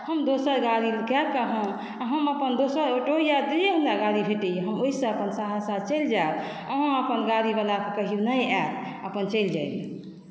हम दोसर गाड़ी कए कऽ आ हम अपन दोसर ऑटो या जे हमरा गाड़ी भेटै हम ओहिसँ अपन सहरसा चलि जायब अहाँ अपन गाड़ी वालाके कहियौ नहि आयत अपन चलि जाय लए